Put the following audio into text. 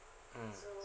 mm